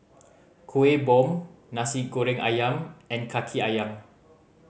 Kueh Bom Nasi Goreng Ayam and Kaki Ayam